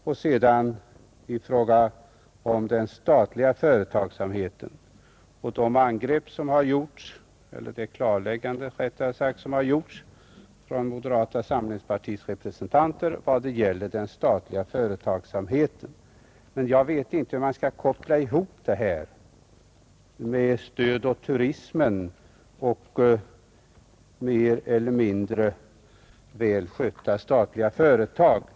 Han talade i sammanhanget också om den statliga företagsamheten och om de klarlägganden som gjorts av representanter för moderata samlingspartiet när det gäller vissa statliga företag. Jag vet inte om man skall koppla ihop stödet åt turismen i Gävleborgs län och mer eller mindre välskötta statliga företag.